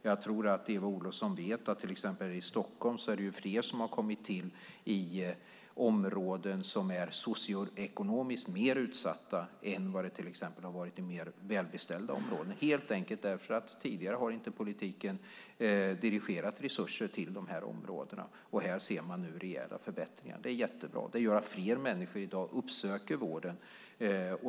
Jag tror att Eva Olofsson vet att det till exempel i Stockholm har kommit till fler i områden som är socioekonomiskt mer utsatta än i mer välbeställda områden, helt enkelt därför att politiken tidigare inte har dirigerat resurser till de här områdena. Här ser man nu rejäla förbättringar. Det är jättebra. Det gör att fler människor i dag uppsöker vården.